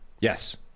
Yes